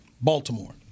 Baltimore